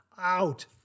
out